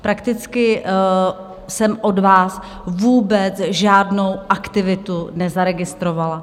Prakticky jsem od vás vůbec žádnou aktivitu nezaregistrovala.